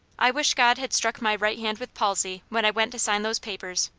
i wish god had struck my right hand with palsy, when i went to sign those papers.